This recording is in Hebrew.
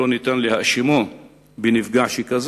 לא ניתן להאשימו בזה,